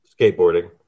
Skateboarding